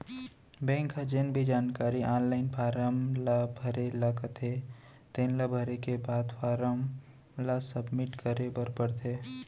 bank ह जेन भी जानकारी आनलाइन फारम ल भरे ल कथे तेन ल भरे के बाद फारम ल सबमिट करे बर परथे